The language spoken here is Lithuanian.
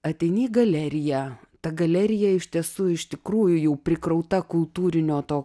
ateini į galeriją ta galerija iš tiesų iš tikrųjų jau prikrauta kultūrinio to